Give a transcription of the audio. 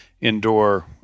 indoor